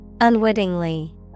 Unwittingly